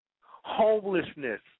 homelessness